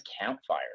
Campfire